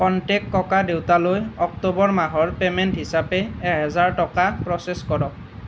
contact ককাদেউতালৈ October মাহৰ payment হিচাপে এহেজাৰ টকা প্ৰচেছ কৰক